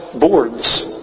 boards